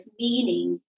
meaning